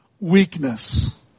weakness